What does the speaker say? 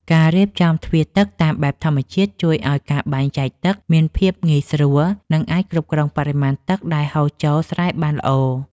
ការរៀបចំទ្វារទឹកតាមបែបធម្មជាតិជួយឱ្យការបែងចែកទឹកមានភាពងាយស្រួល និងអាចគ្រប់គ្រងបរិមាណទឹកដែលហូរចូលស្រែបានល្អ។